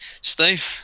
Steve